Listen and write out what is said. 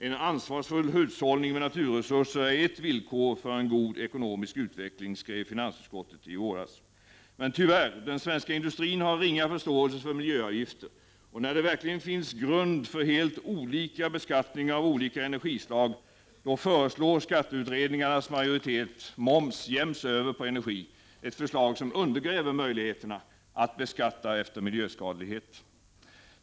”En ansvarsfull hushållning med naturresurser är ett villkor för en god ekonomisk utveckling”, skrev finansutskottet i våras. Tyvärr har den svenska industrin ringa förståelse för miljöavgifter. När det verkligen finns grund för helt olika beskattning av olika energislag, då föreslår skatteutredningarnas majoritet moms jäms över på energi — ett förslag som undergräver möjligheterna att beskatta efter miljöskadlighet.